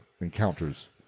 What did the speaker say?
encounters